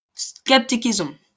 skepticism